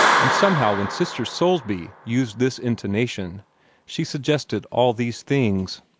and somehow when sister soulsby used this intonation she suggested all these things.